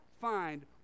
find